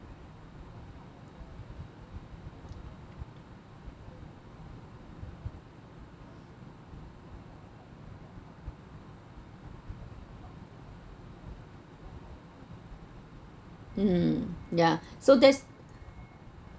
mm ya so that's